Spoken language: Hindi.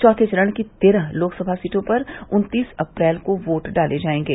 चौथे चरण की तेरह लोकसभा सीटों पर उन्तीस अप्रैल को वोट डाले जायेंगे